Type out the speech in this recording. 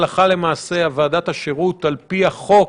הלכה למעשה ועדת השירות על פי החוק,